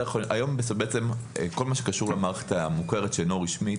היום בעצם כל מה שקשור למערכת המוכרת שאינה רשמית